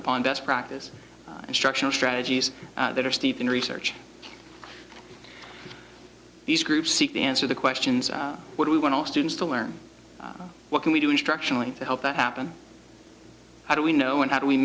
upon best practice instructional strategies that are steeped in research these groups seek to answer the questions what do we want all students to learn what can we do instructional to help that happen how do we know when how do we